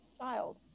child